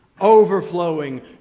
overflowing